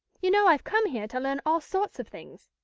you know i've come here to learn all sorts of things.